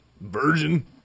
Virgin